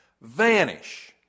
vanish